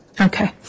Okay